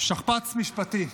שכפ"ץ משפטי,